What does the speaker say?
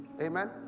Amen